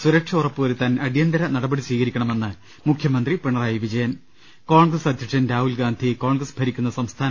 സുരക്ഷ ഉറപ്പുവരുത്താൻ അടിയന്തര നടപടി സ്ഥീകരിക്കണമെന്ന് മുഖ്യമന്ത്രി പിണറായി വിജയൻ കോൺഗ്രസ് അധ്യക്ഷൻ രാഹുൽ ഗാന്ധി കോൺഗ്രസ് ഭരിക്കുന്ന സംസ്ഥാന